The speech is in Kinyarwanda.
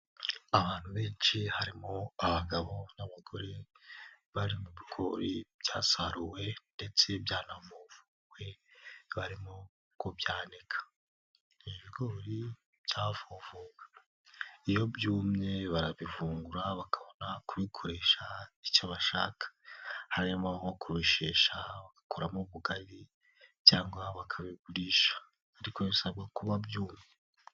Abantu benshi harimo abagabo n'abagore bari mu bigori byasaruwe ndetse byanavuwe barimo kubyanika, ibi bigori byavunguwe, iyo byumye barabivungura bakabona kubikoresha icyo bashaka, harimo nko kubishesha bagakoramo ubugari cyangwa bakabigurisha ariko bisabwa kuba byumye.